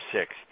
six